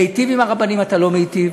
להיטיב עם הרבנים אתה לא מיטיב.